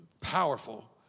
powerful